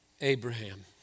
Abraham